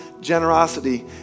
generosity